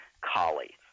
Collie